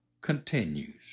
continues